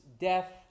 death